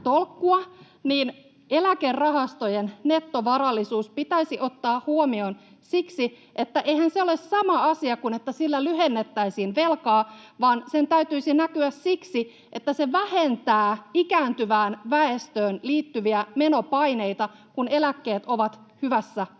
eläkerahastojen nettovarallisuus pitäisi ottaa huomioon. Eihän se ole sama asia kuin että sillä lyhennettäisiin velkaa, vaan sen täytyisi näkyä siksi, että se vähentää ikääntyvään väestöön liittyviä menopaineita, kun eläkkeet ovat hyvässä hoidossa.